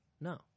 No